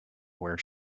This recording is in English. where